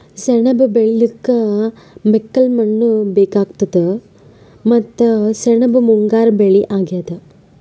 ಸೆಣಬ್ ಬೆಳಿಲಿಕ್ಕ್ ಮೆಕ್ಕಲ್ ಮಣ್ಣ್ ಬೇಕಾತದ್ ಮತ್ತ್ ಸೆಣಬ್ ಮುಂಗಾರ್ ಬೆಳಿ ಅಗ್ಯಾದ್